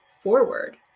forward